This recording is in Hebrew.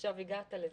ועכשיו הגעת לזה.